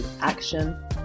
action